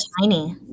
tiny